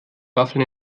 waffeln